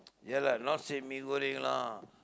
ya lah not say mee-goreng lah